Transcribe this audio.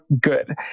good